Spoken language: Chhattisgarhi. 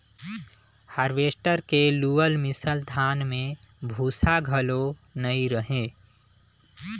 हारवेस्टर के लुअल मिसल धान में भूसा घलो नई रहें